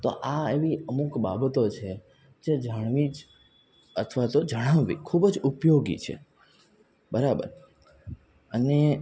તો આ એવી અમુક બાબતો છે જે જાણવી જ અથવા તો જણાવવી ખૂબ જ ઉપયોગી છે બરાબર અને